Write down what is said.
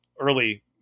early